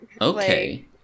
Okay